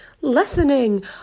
Listening